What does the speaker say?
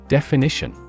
Definition